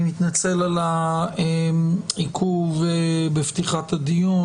אני מתנצל על העיכוב בפתיחת הדיון,